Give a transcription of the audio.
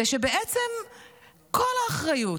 זה שבעצם כל האחריות,